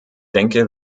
denke